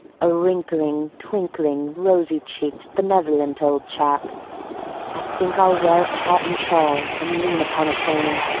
a wrinkling, twinkling, rosy-cheeked, benevolent old chap i think i'll wear a tartan shawl and lean upon a cane.